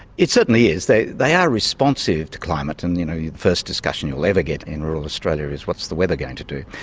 it certainly is. they they are responsive to climate and you know the first discussion you'll ever get in rural australia is what's the weather going to do?